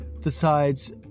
decides